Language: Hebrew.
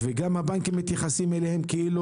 וגם הבנקים מתייחסים אליהם כך.